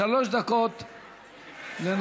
שלוש דקות לנסות,